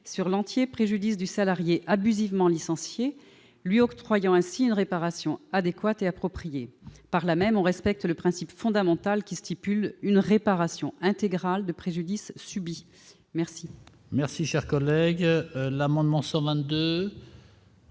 sur l'entier préjudice du salarié abusivement licencié lui octroyant ainsi une réparation adéquate et appropriée par là même on respecte le principe fondamental qui stipule une réparation intégrale de préjudice subis merci. Merci, cher collègue, l'amendement somme